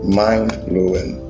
mind-blowing